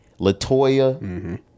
Latoya